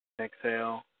Exhale